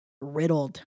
Riddled